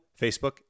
Facebook